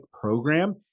program